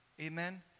Amen